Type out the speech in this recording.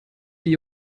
die